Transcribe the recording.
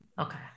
Okay